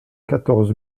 quatorze